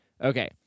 Okay